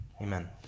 Amen